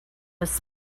was